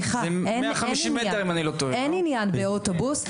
אין עניין באוטובוס.